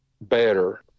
better